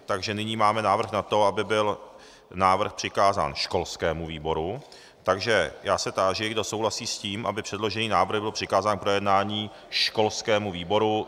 Takže nyní máme návrh na to, aby byl návrh přikázán školskému výboru, takže já se táži, kdo souhlasí s tím, aby předložený návrh byl přikázán k projednání školskému výboru.